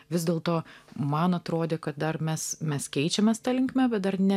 vis dėlto man atrodė kad dar mes mes keičiamės ta linkme bet dar ne